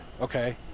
Okay